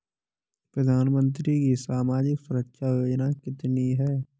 प्रधानमंत्री की सामाजिक सुरक्षा योजनाएँ कितनी हैं?